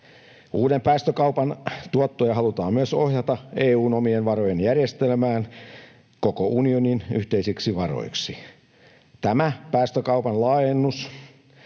Uuden päästökaupan tuottoja halutaan myös ohjata EU:n omien varojen järjestelmään koko unionin yhteisiksi varoiksi. Tämä päästökaupan laajennus